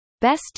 best